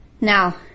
now